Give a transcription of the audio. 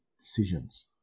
decisions